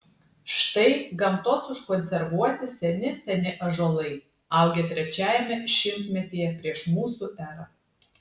štai gamtos užkonservuoti seni seni ąžuolai augę trečiajame šimtmetyje prieš mūsų erą